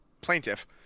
plaintiff